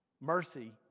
mercy